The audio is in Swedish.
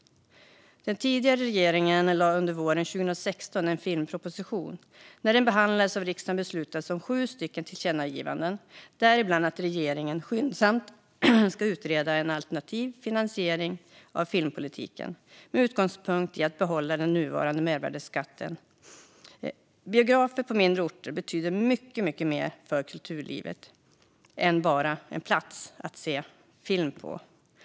Den tidigare regeringen lade under våren 2016 fram en filmproposition. När den behandlades av riksdagen beslutades om sju tillkännagivanden, däribland att regeringen skyndsamt skulle utreda en alternativ finansiering av filmpolitiken med utgångspunkt i att behålla den nuvarande mervärdesskattesatsen. Biografer på mindre orter betyder mycket mer för kulturlivet än bara en plats att se film på.